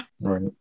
Right